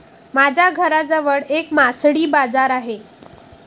माझ्या घराजवळ एक मासळी बाजार आहे